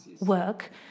Work